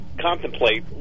contemplate